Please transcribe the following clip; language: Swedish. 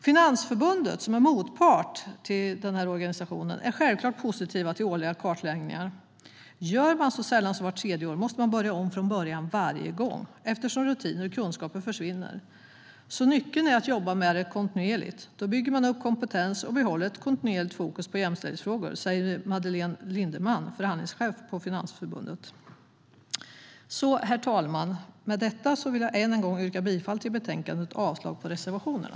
Finansförbundet, som är motpart till BAO, är självklart positivt till årliga kartläggningar. "Gör man det så sällan som vart tredje år måste man börja om från början varje gång, eftersom rutiner och kunskaper försvinner. Så nyckeln är att jobba med det kontinuerligt. Då bygger man upp kompetens och behåller ett kontinuerligt fokus på jämställdhetsfrågorna", säger Madeleine Lindermann, förhandlingschef på Finansförbundet. Herr talman! Jag vill med detta än en gång yrka bifall till förslaget i betänkandet och avslag på reservationerna.